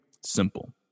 simple